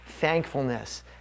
thankfulness